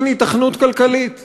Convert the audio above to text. היתכנות כלכלית לחלוטין.